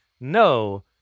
no